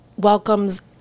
welcomes